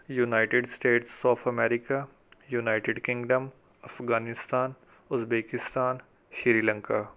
United State of America United Kingdom Afghanistan Uzbekistan Sri Lanka